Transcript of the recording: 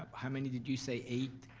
how many did you say, eight?